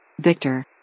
Victor